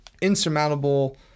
insurmountable